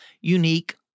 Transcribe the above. unique